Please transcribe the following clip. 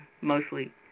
mostly